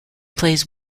plays